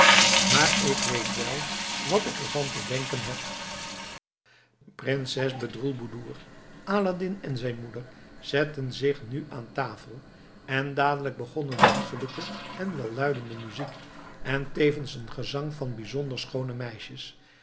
maar ik weet wel wat ik ervan te denken heb prinses bedroelboedoer aladdin en zijn moeder zetten zich nu aan tafel en dadelijk begon een liefelijke en welluidende muziek en tevens een gezang van bijzonder schoone meisjes